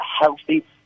healthy